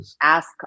ask